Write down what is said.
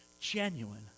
genuine